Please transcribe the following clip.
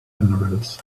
emeralds